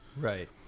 Right